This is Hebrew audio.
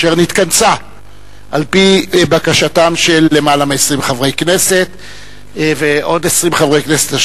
אשר נתכנסה על-פי בקשתם של למעלה מ-20 חברי כנסת ועוד 20 חברי כנסת,